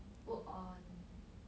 work on